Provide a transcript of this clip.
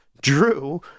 Drew